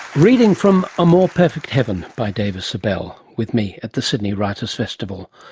reading from a more perfect heaven by dava sobel, with me at the sydney writers' festival,